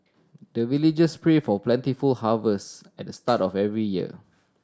the villagers pray for plentiful harvest at the start of every year